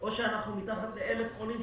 או שאנחנו מתחת ל-1,000 חולים,